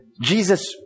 Jesus